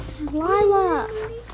Lila